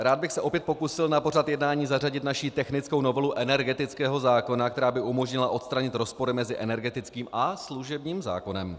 Rád bych se opět pokusil na pořad jednání zařadit naši technickou novelu energetického zákona, která by umožnila odstranit rozpory mezi energetickým a služebním zákonem.